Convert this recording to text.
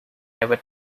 never